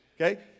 Okay